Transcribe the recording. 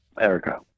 Erica